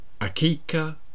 Akika